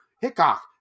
Hickok